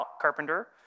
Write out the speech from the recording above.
carpenter